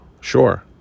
sure